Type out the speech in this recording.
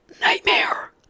nightmare